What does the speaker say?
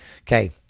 okay